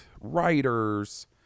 writers